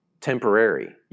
temporary